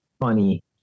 funny